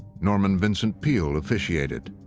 norman vincent peale officiated,